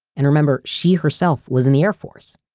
and remember, she herself was in the air force.